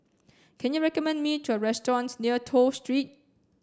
can you recommend me to a restaurants near Toh Street